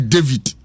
David